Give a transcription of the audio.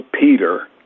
Peter